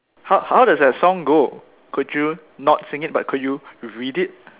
how how that the song go could you not sing it but could you you read it